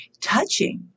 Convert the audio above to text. touching